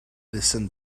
listen